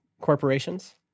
corporations